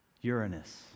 Uranus